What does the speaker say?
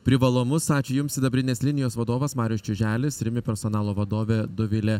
privalumus ačiū jums sidabrinės linijos vadovas marius čiuželis rimi personalo vadovė dovilė